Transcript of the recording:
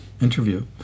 interview